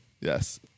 yes